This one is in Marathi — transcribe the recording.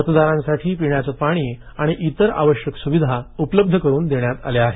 मतदारांसाठी पिण्याचं पाणी आणि इतर आवश्यक स्विधा उपलब्ध करून देण्यात आल्या आहेत